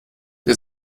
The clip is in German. der